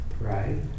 Right